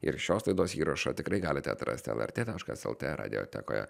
ir šios laidos įrašą tikrai galite atrasti lrt taškas lt radijotekoje